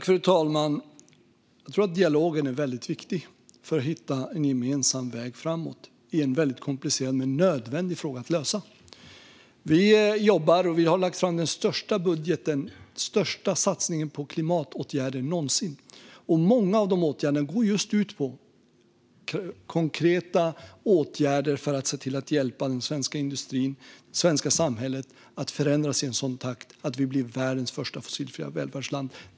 Fru talman! Jag tror att dialogen är väldigt viktig för att hitta en gemensam väg framåt i en mycket komplicerad men nödvändig fråga att lösa. Vi jobbar och har lagt fram den största budgeten och den största satsningen på klimatåtgärder någonsin. Många av dessa åtgärder går just ut på konkreta åtgärder för att se till att hjälpa den svenska industrin och det svenska samhället att förändras i en sådan takt att vi blir världens första fossilfria välfärdsland.